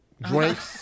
Drinks